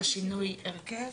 הוא: שינוי הרכב